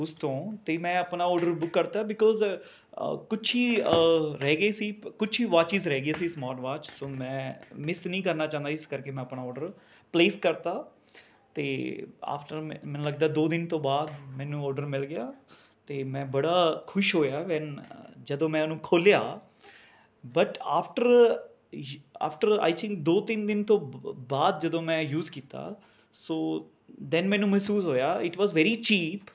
ਉਸ ਤੋਂ ਅਤੇ ਮੈਂ ਆਪਣਾ ਔਡਰ ਬੁੱਕ ਕਰਤਾ ਬਿਕੋਜ਼ ਅ ਕੁਛ ਹੀ ਰਹਿ ਗਏ ਸੀ ਕੁਛ ਹੀ ਵਾਚਿਸ ਰਹਿ ਗਈਆਂ ਸੀ ਸਮਾਰਟ ਵਾਚ ਸੋ ਮੈਂ ਮਿਸ ਨਹੀਂ ਕਰਨਾ ਚਾਹੁੰਦਾ ਇਸ ਕਰਕੇ ਮੈਂ ਆਪਣਾ ਔਡਰ ਪਲੇਸ ਕਰਤਾ ਅਤੇ ਆਫਟਰ ਮੈ ਮੈਨੂੰ ਲੱਗਦਾ ਦੋ ਦਿਨ ਤੋਂ ਬਾਅਦ ਮੈਨੂੰ ਔਡਰ ਮਿਲ ਗਿਆ ਅਤੇ ਮੈਂ ਬੜਾ ਖੁਸ਼ ਹੋਇਆ ਵੈਨ ਜਦੋਂ ਮੈਂ ਉਹਨੂੰ ਖੋਲਿਆ but after after I think ਦੋ ਤਿੰਨ ਦਿਨ ਤੋਂ ਬਾਅਦ ਜਦੋਂ ਮੈਂ ਯੂਜ਼ ਕੀਤਾ ਸੋ ਦੈਨ ਮੈਨੂੰ ਮਹਿਸੂਸ ਹੋਇਆ ਇੱਟ ਵਾਜ ਵੈਰੀ ਚੀਪ